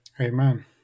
Amen